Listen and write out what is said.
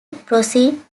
proceed